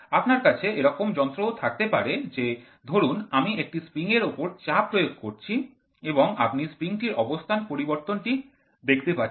আপনার কাছে এরকম যন্ত্রও থাকতে পারে যে ধরুন আমি একটি স্প্রিং এর ওপর চাপ প্রয়োগ করছি এবং আপনি স্প্রিং টির অবস্থান পরিবর্তন টি দেখতে পাচ্ছেন